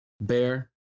Bear